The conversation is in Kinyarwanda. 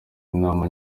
n’inama